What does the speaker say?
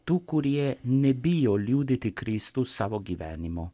tų kurie nebijo liudyti kristų savo gyvenimo